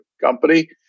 company